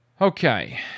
Okay